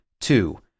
Two